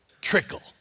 trickle